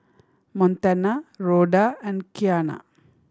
Montana Rhoda and Qiana